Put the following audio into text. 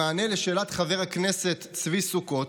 במענה על שאלת חבר הכנסת צבי סוכות,